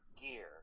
gear